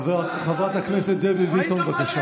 חברת הכנסת דבי ביטון, בבקשה.